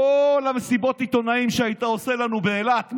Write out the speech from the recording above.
כל מסיבות העיתונאים שהיית עושה לנו באילת,